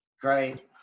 Great